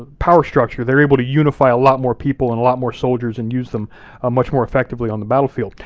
ah power structure, they're able to unify a lot more people and a lot more soldiers, and use them ah much more effectively on the battlefield.